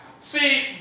See